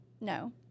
no